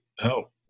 help